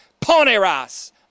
poneras